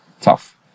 tough